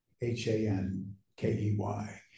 H-A-N-K-E-Y